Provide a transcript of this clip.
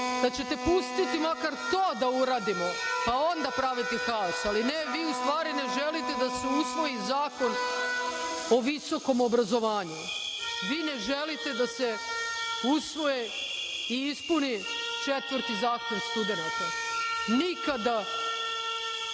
da ćete pustiti makar to da uradimo, pa onda praviti haos. Ali, ne, vi u stvari ne želite da se usvoji Zakon o visokom obrazovanju. Vi ne želite da se usvoji i ispuni četvrti zahtev studenata. Nikada